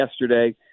yesterday